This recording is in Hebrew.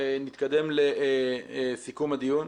נתקדם לסיכום הדיון.